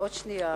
עוד שנייה.